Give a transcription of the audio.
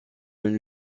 une